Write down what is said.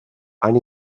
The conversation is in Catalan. han